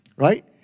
right